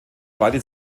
beide